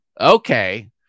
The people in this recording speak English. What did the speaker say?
okay